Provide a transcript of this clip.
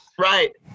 Right